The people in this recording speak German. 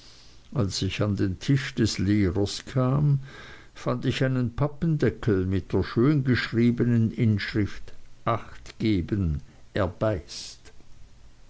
als ich an den tisch des lehrers kam fand ich einen pappendeckel mit der schön geschriebnen inschrift acht geben er beißt